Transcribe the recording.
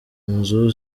nzu